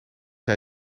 jij